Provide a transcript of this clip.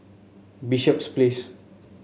Bishops Place